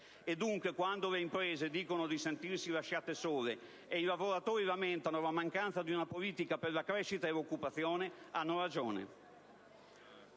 dunque, quando le imprese dicono di sentirsi lasciate sole e i lavoratori lamentano la mancanza di una politica per la crescita e l'occupazione hanno ragione.